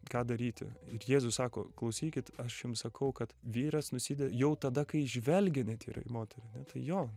ką daryti ir jėzus sako klausykit aš jums sakau kad vyras nuside jau tada kai žvelgia netyrai į moterį ar ne tai jo